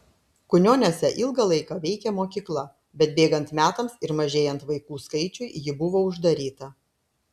kunioniuose ilgą laiką veikė mokykla bet bėgant metams ir mažėjant vaikų skaičiui ji buvo uždaryta